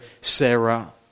Sarah